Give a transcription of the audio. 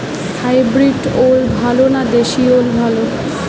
Hybrid ওল ভালো না দেশী ওল ভাল?